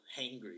hangry